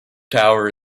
tower